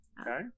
Okay